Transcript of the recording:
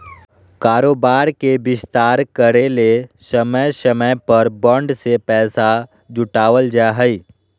कारोबार के विस्तार करय ले समय समय पर बॉन्ड से पैसा जुटावल जा हइ